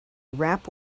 rap